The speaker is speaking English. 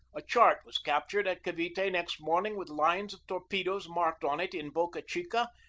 a chart was captured at cavite next morning with lines of torpedoes marked on it in boca chica,